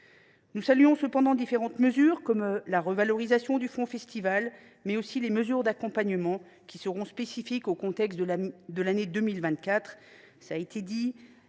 Nous saluons cependant différentes mesures, comme la revalorisation du fonds festivals, mais aussi les mesures d’accompagnement spécifiques au contexte de l’année 2024,